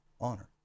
honor